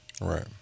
Right